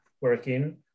working